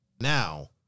Now